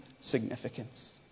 significance